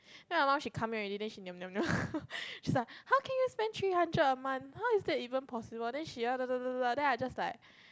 then awhile she come in already then she niam niam niam she's like how can you spend three hundred a month how is that even possible then she then I just like